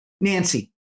Nancy